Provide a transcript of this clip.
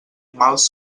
mals